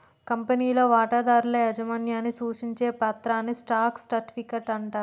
కంపెనీలో వాటాదారుల యాజమాన్యాన్ని సూచించే పత్రాన్ని స్టాక్ సర్టిఫికెట్ అంటారు